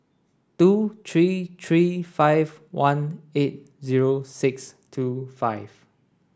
two three three five one eight zero six two five